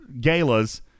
Galas